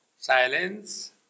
silence